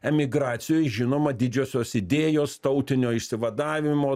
emigracijoj žinoma didžiosios idėjos tautinio išsivadavimo